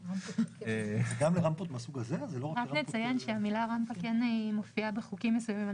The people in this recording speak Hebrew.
רק לציין שהמילה רמפה כן מופיעה בחוקים מסוימים.